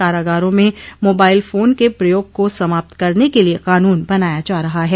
कारागारों में mobile phone के प्रयोग को समाप्त करने के लिये कानून बनाया जा रहा है